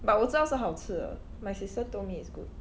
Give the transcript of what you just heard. but 我知道是好吃的 my sister told me it's good